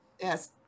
Yes